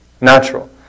Natural